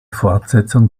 fortsetzung